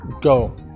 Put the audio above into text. go